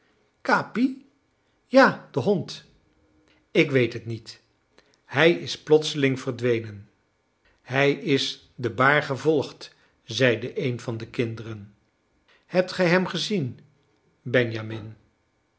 capi ja de hond ik weet het niet hij is plotseling verdwenen hij is de baar gevolgd zeide een van de kinderen hebt gij hem gezien benjamin